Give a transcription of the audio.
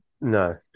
no